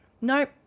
Nope